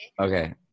Okay